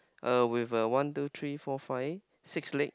uh with a one two three four fix six leg